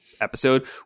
episode